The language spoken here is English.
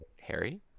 Harry